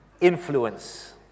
Influence